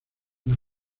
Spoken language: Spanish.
una